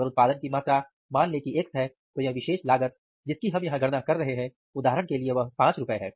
अगर उत्पादन की मात्रा मान ले की x है तो वह विशेष लागत जिसकी हम यहां गणना कर रहे हैं उदाहरण के लिए वह ₹5 है